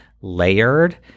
layered